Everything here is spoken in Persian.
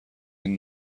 این